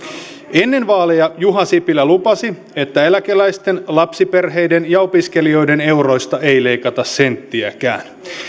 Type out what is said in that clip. ennen vaaleja juha sipilä lupasi että eläkeläisten lapsiperheiden ja opiskelijoiden euroista ei leikata senttiäkään